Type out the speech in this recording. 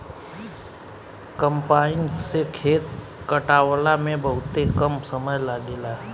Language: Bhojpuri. कम्पाईन से खेत कटावला में बहुते कम समय लागेला